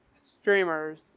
streamers